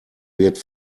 wird